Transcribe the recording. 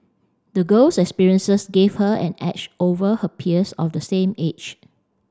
the girl's experiences gave her an edge over her peers of the same age